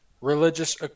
religious